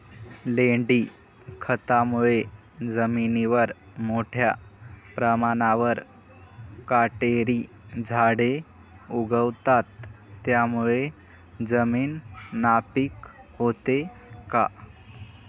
लेंडी खतामुळे जमिनीवर मोठ्या प्रमाणावर काटेरी झाडे उगवतात, त्यामुळे जमीन नापीक होते का?